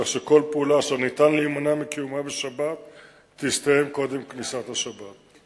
כך שכל פעולה אשר ניתן להימנע מקיומה בשבת תסתיים קודם כניסת השבת.